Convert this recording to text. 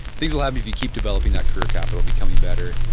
things will happen if you keep developing that career capital becoming better,